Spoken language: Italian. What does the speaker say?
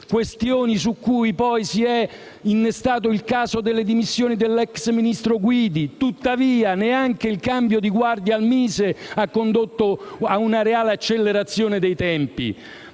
questioni su cui poi si è innestato il caso delle dimissioni dell'ex ministro Guidi. Tuttavia, neanche il cambio di guardia al MISE ha condotto a una reale accelerazione dei tempi.